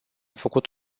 făcut